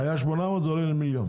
היה 800 אלף, זה עולה ל- 1 מיליון?